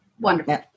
Wonderful